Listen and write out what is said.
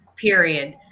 Period